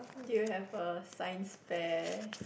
do you have a science fair